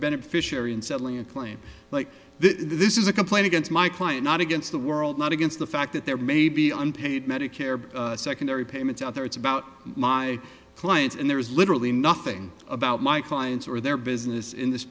beneficiary in settling a claim like this is a complaint against my client not against the world not against the fact that there may be unpaid medicare secondary payments out there it's about my clients and there's literally nothing about my clients or their business in this